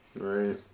Right